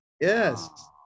Yes